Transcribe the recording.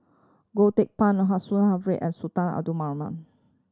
Goh Teck Phuan and Sultan Abdul Rahman